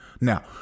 Now